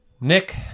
nick